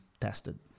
tested